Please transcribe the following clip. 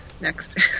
Next